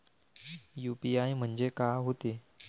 UPI म्हणजे का होते?